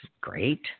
great